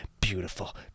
beautiful